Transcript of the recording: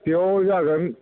बेयाव जागोन